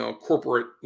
corporate